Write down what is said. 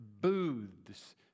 Booths